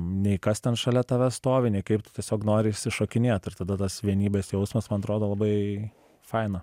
nei kas ten šalia tavęs stovi ne kaip tu tiesiog nori išsišokinėt ir tada tas vienybės jausmas man atrodo labai faina